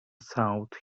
south